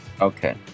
Okay